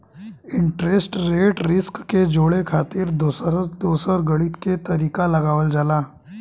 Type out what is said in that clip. interest rate risk के जोड़े खातिर दोसर दोसर गणित के तरीका लगावल जाला